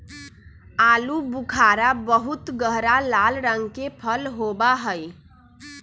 आलू बुखारा बहुत गहरा लाल रंग के फल होबा हई